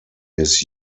his